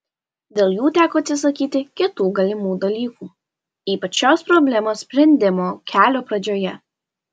dėl jų teko atsisakyti kitų galimų dalykų ypač šios problemos sprendimo kelio pradžioje